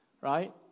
right